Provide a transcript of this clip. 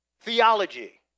theology